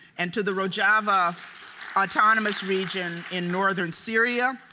and to the rojava autonomous region in northern syria,